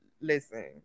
Listen